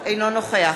אינו נוכח